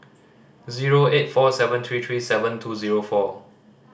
zero eight four seven three three seven two zero four